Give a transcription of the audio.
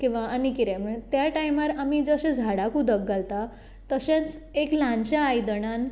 आनी त्या टायमार आमी जशें झाडाक उदक घालता तशेंच एक ल्हानस्या आयदणांत